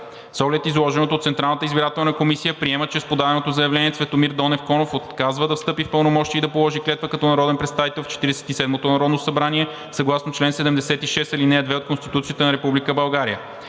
С оглед изложеното Централната избирателна комисия приема, че с подаденото заявление Цветомир Донев Конов отказва да встъпи в пълномощия и да положи клетва като народен представител в 47-ото Народно събрание съгласно чл. 76, ал. 2 от Конституцията на